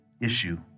issue